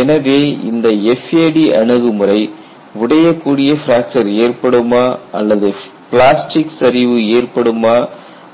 எனவே இந்த FAD அணுகுமுறை உடையக்கூடிய பிராக்சர் ஏற்படுமா அல்லது பிளாஸ்டிக் சரிவு ஏற்படுமா